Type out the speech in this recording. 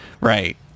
Right